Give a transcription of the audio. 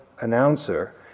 announcer